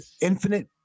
infinite